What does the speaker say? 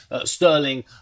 Sterling